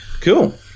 cool